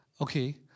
okay